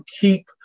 keep